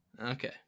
Okay